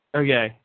okay